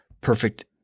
perfect